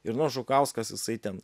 ir nors žukauskas jisai ten